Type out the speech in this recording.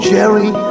Jerry